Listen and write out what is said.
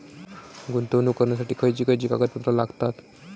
गुंतवणूक करण्यासाठी खयची खयची कागदपत्रा लागतात?